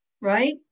right